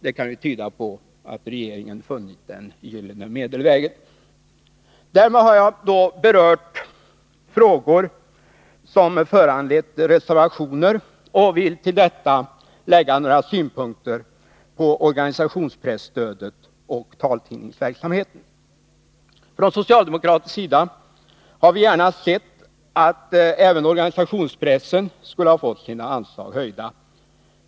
Det kan tyda på att regeringen har funnit den gyllene medelvägen. Därmed har jag berört frågor som har föranlett reservationer. Jag vill till detta lägga några synpunkter på organisationspresstödet och taltidningsverksamheten. Från socialdemokratisk sida hade vi gärna sett att även organisationspressen hade fått sina anslag höjda.